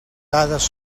dades